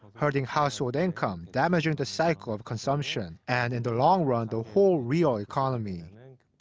hurting household income, damaging the cycle of consumption and, in the long run, the whole real economy. and and